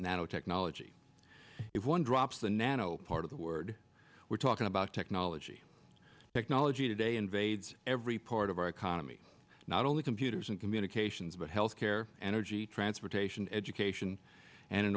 nanotechnology if one drops the nano part of the word we're talking about technology technology today invades every part of our economy not only computers and communications but health care energy transportation education and in